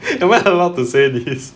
am I allowed to say this